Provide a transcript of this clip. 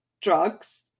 drugs